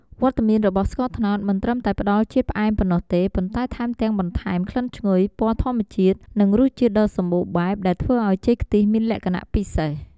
វត្តមានរបស់ស្ករត្នោតមិនត្រឹមតែផ្ដល់ជាតិផ្អែមប៉ុណ្ណោះទេ ប៉ុន្តែថែមទាំងបន្ថែម ក្លិនឈ្ងុយ ពណ៌ធម្មជាតិ និងរសជាតិដ៏សម្បូរបែប ដែលធ្វើឱ្យចេកខ្ទិះមានលក្ខណៈពិសេស។